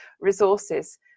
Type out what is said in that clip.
resources